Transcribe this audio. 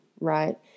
right